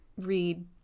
read